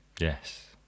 Yes